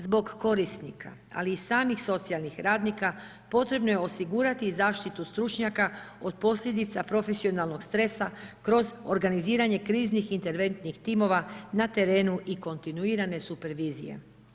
Zbog korisnika ali i samih socijalnih radnika, potrebno je osigurati zaštitu stručnjaka od posljedica profesionalnog stresa kroz organiziranje kriznih interventnih timova na terenu i kontinuirane supervizije.